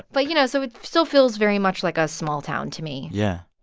but, you know so it still feels very much like a small town to me yeah.